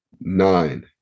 nine